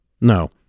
No